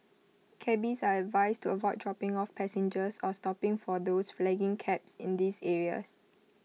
cabbies are advised to avoid dropping off passengers or stopping for those flagging cabs in these areas